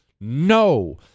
No